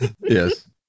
Yes